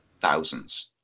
Thousands